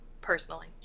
personally